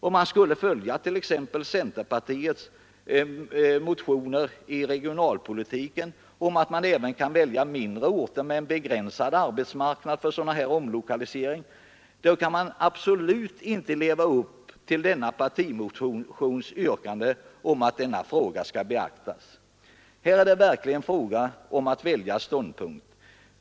Om man skulle följa centerpartiets motioner i regionalpolitikfrågan om att man även kan välja mindre orter med en begränsad arbetsmarknad för denna omlokalisering, då kan man absolut inte leva upp till denna partimotions yrkande om att denna fråga skall beaktas. Här är det verkligen fråga om att välja ståndpunkt.